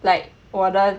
like 我的